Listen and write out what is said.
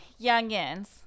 youngins